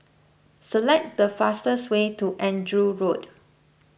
select the fastest way to Andrew Road